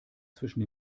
zwischen